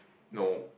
no